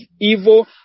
evil